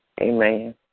Amen